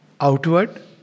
outward